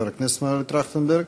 חבר הכנסת מנואל טרכטנברג.